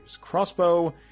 crossbow